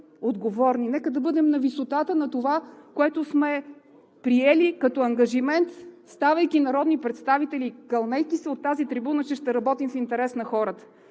отговорни, нека да бъдем на висотата на това, което сме приели като ангажимент, ставайки народни представители, кълнейки се от тази трибуна, че ще работим в интерес на хората!